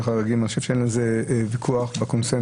החריגים ואני חושב שאין על זה ויכוח וזה בקונצנזוס.